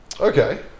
Okay